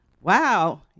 Wow